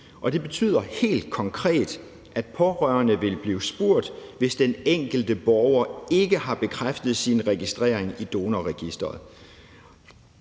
Det betyder helt konkret, at pårørende vil blive spurgt, hvis den enkelte borger ikke har bekræftet sin registrering i Donorregistret.